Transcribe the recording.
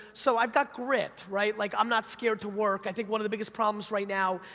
so i've got grit, right? like, i'm not scared to work, i think one of the biggest problems right now,